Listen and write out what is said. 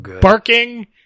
barking